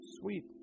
sweet